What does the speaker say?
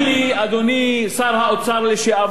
אדוני שר האוצר לשעבר,